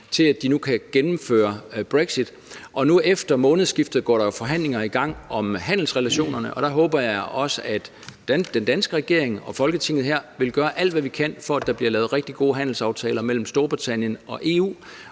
til at de nu kan gennemføre brexit. Efter månedsskiftet går der jo forhandlinger i gang om handelsrelationerne, og der håber jeg også, at den danske regering og Folketinget her vil gøre alt, hvad man kan, for at der bliver lavet rigtig gode handelsaftaler mellem Storbritannien og EU.